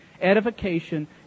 Edification